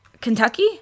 Kentucky